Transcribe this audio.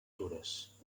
dures